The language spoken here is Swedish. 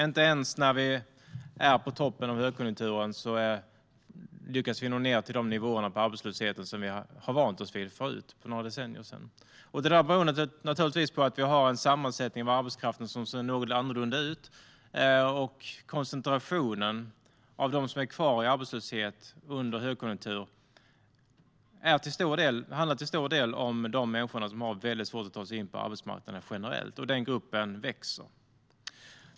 Inte ens när vi är på toppen av högkonjunkturen lyckas vi nå ned till de arbetslöshetsnivåer som vi har vant oss vid förut, för några decennier sedan. Detta beror naturligtvis på att vi har en sammansättning av arbetskraften som ser något annorlunda ut. Koncentrationen av dem som är kvar i arbetslöshet under högkonjunktur handlar till stor del om de människor som har väldigt svårt att ta sig in på arbetsmarknaden generellt, och den gruppen växer.